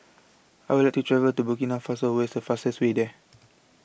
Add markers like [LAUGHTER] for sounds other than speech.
I Would like to travel to Burkina Faso Where IS The fastest Way There [NOISE]